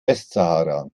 westsahara